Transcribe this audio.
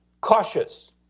cautious